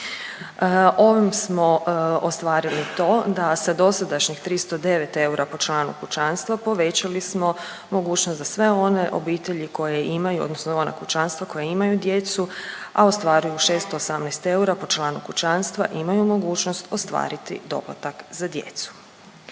Ovim smo ostvarili to da sa dosadašnjih 309 eura po članu kućanstva povećali smo mogućnost za sve one obitelji koje imaju odnosno ona kućanstva koja imaju djecu, a ostvaruju 618 eura po članu kućanstva imaju mogućnost ostvariti doplatak za djecu.